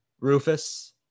Rufus